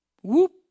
Whoop